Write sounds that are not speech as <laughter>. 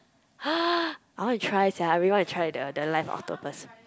<noise> I want to try sia I really want to try the the live octopus